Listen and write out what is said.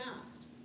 asked